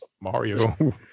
Mario